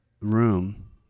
room